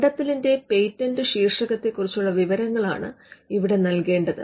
കണ്ടെത്തലിന്റെ പേറ്റന്റ് ശീർഷകത്തെ കുറിച്ചുള്ള വിവരങ്ങളാണ് ഇവിടെ നൽകേണ്ടത്